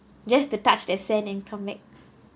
just to touch the sand and come back